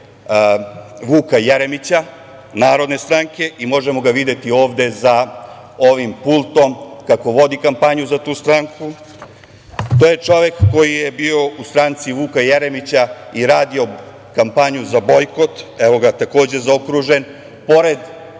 Vuka Jeremića, Narodne stranke i možemo ga videti ovde za ovim pultom kako vodi kampanju za tu stranku, to je čovek koji je bio u stranci Vuka Jeremića, i radio kampanju za bojkot, evo ga takođe zaokružen pored